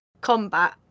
combat